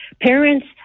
Parents